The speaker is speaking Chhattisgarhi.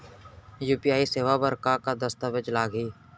यू.पी.आई सेवा बर का का दस्तावेज लागही?